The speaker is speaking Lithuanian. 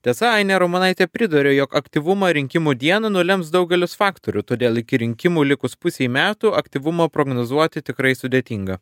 tiesa ainė ramonaitė priduria jog aktyvumą rinkimų dieną nulems daugelis faktorių todėl iki rinkimų likus pusei metų aktyvumą prognozuoti tikrai sudėtinga